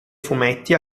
fumetti